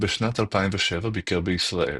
בשנת 2007 ביקר בישראל.